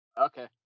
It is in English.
Okay